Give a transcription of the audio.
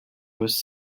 was